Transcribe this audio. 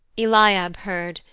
eliab heard,